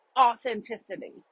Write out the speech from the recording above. authenticity